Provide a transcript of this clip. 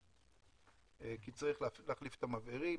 כי צריך להחליף את המבערים,